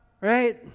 right